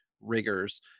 rigors